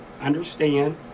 understand